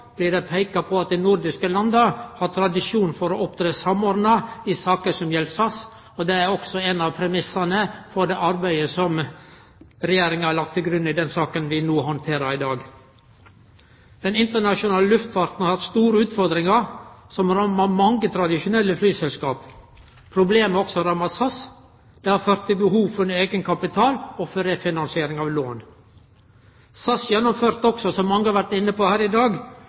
blir det peika på at dei nordiske landa har tradisjon for å opptre samordna i saker som gjeld SAS. Det er også ein av premissane for det arbeidet som Regjeringa har lagt til grunn for den saka som vi handterer i dag. Den internasjonale luftfarten har hatt store utfordringar som har ramma mange tradisjonelle flyselskap. Problema har også ramma SAS. Det har ført til behov for ny eigenkapital og refinansiering av lån. Som mange har vore inne på her i dag,